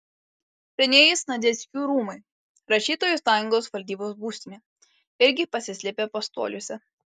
senieji sniadeckių rūmai rašytojų sąjungos valdybos būstinė irgi pasislėpė pastoliuose